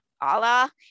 Allah